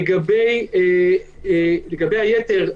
לגבי היתר,